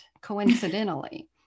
coincidentally